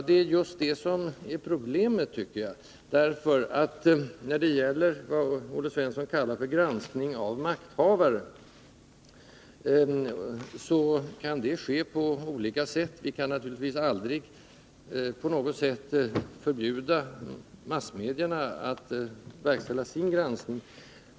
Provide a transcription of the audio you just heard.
Det är just det som är problemet, därför att det Olle Svensson kallar för granskning av makthavare kan ske på olika sätt. Vi kan naturligtvis aldrig på något sätt förbjuda massmedierna att verkställa sin granskning.